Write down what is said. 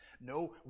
no